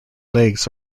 legs